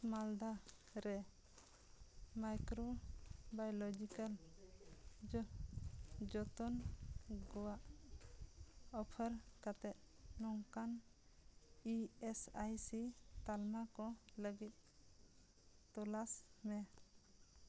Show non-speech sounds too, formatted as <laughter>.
ᱦᱚᱱᱚᱛ ᱢᱟᱞᱫᱟᱨᱮ ᱢᱟᱭᱠᱨᱳᱼᱵᱟᱭᱚᱞᱚᱡᱤᱠᱮᱞ <unintelligible> ᱡᱚᱛᱚᱱ ᱠᱚᱣᱟᱜ ᱚᱯᱷᱟᱨ ᱠᱟᱛᱮ ᱱᱚᱝᱠᱟᱱ ᱤ ᱮᱹᱥ ᱟᱭ ᱥᱤ ᱛᱟᱞᱢᱟᱠᱚ ᱞᱟᱹᱜᱤᱫ ᱛᱚᱞᱟᱥ ᱢᱮ